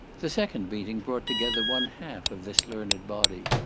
the second meeting brought together one-half of this learned body,